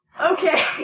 Okay